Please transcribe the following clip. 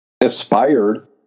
aspired